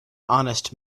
honest